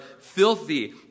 filthy